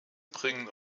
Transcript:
bringen